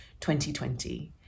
2020